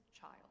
child